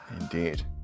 Indeed